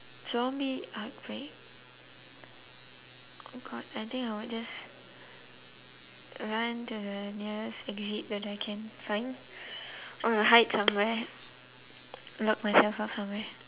zombie outbreak oh god I think I would just run to the nearest exit that I can find or hide somewhere lock myself up somewhere